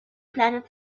planet